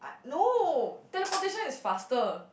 no teleportation is faster